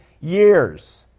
years